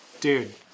Dude